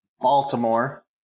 Baltimore